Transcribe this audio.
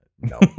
No